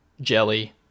Jelly